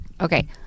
Okay